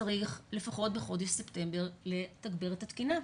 צריך לפחות בחודש ספטמבר לתגבר את התקינה.